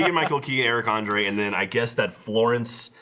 yeah michael key eric andre, and then i guess that florence